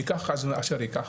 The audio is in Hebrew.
ייקח אשר ייקח